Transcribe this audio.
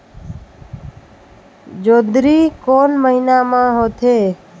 जोंदरी कोन महीना म होथे?